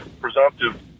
presumptive